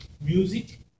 music